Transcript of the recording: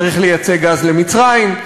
צריך לייצא גז למצרים.